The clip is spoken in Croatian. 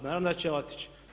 Naravno da će otići.